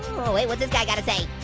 oh wait what's this guy gotta say?